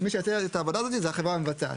מי שיבצע את העבודה הזאת היא החברה המבצעת.